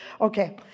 Okay